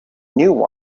new